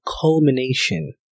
culmination